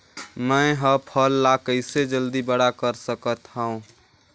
मैं ह फल ला कइसे जल्दी बड़ा कर सकत हव?